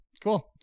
Cool